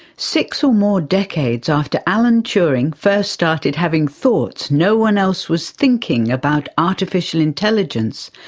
six or more decades after alan turing first started having thoughts no one else was thinking about artificial intelligence,